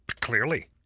Clearly